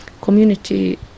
community